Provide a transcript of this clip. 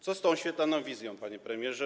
Co z tą świetlaną wizją, panie premierze?